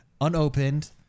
unopened